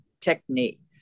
technique